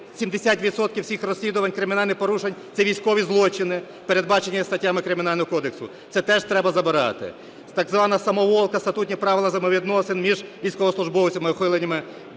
всіх розслідувань, кримінальних порушень – це військові злочини, передбачені статтями Кримінального кодексу. Це теж треба забирати. Так звана "самоволка", статутні правила взаємовідносин між військовослужбовцями, ухиленнями